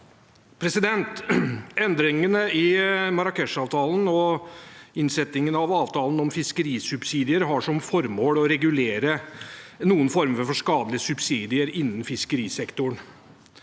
Endringene i Marrakesh-avtalen og innsettingen av avtalen om fiskerisubsidier har som formål å regulere noen former for skadelige subsidier innenfor fiskerisektoren.